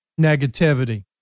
negativity